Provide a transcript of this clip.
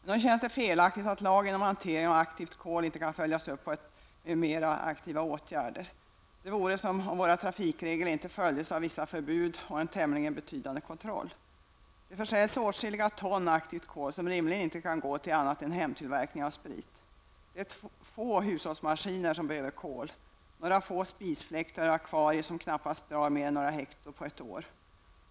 Det måste ändå vara fel att lagen om hantering om aktivt kol inte kan följas upp av mera aktiva åtgärder. Det vore som om våra trafikregler inte följdes av vissa förbud och en tämligen betydande kontroll. Det försäljs åtskilliga ton aktivt kol som rimligen inte kan gå till annat än hemtillverkning av sprit. Det är få hushållsmaskiner som drivs med kol -- några få spisfläktar och akvarier, som knappast drar mer än några hekto per år.